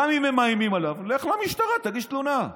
גם אם מאיימים עליו, לך למשטרה, תגיש תלונה.